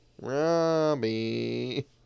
Robbie